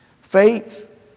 faith